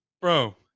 Bro